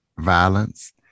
violence